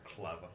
clever